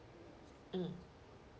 mm